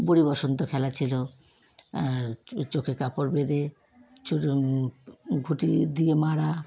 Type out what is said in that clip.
বুড়ি বসন্ত খেলা ছিলো আর চোখে কাপড় বেঁধে চুলে ঘুঁটি দিয়ে মারা